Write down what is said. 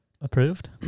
approved